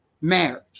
marriage